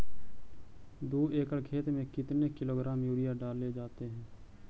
दू एकड़ खेत में कितने किलोग्राम यूरिया डाले जाते हैं?